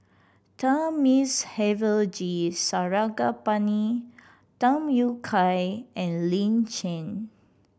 Thamizhavel G Sarangapani Tham Yui Kai and Lin Chen